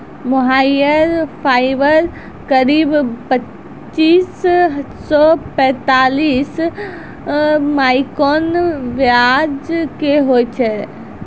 मोहायिर fibre करीब पच्चीस सॅ पैतालिस माइक्रोन व्यास के होय छै